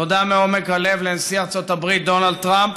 תודה מעומק הלב לנשיא ארצות הברית דונלד טראמפ